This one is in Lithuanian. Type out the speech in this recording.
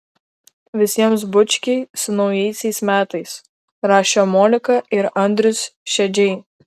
visiems bučkiai su naujaisiais metais rašė monika ir andrius šedžiai